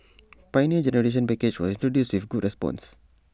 Pioneer Generation package was introduced with good response